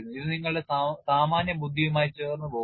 ഇത് നിങ്ങളുടെ സാമാന്യബുദ്ധിയുമായി ചേർന്ന് പോകുന്നു